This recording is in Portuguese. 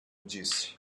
disse